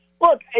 Look